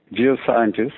geoscientists